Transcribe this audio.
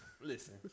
Listen